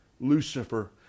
Lucifer